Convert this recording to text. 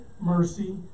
mercy